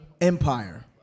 empire